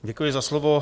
Děkuji za slovo.